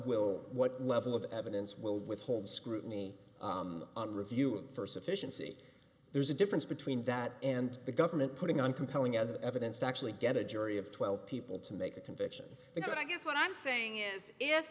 will what level of evidence will withhold scrutiny and review for sufficiency there's a difference between that and the government putting on compelling evidence to actually get a jury of twelve people to make a conviction they could i guess what i'm saying is if